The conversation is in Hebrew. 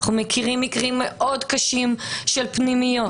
אנחנו מכירים מקרים מאוד קשים של פנימיות.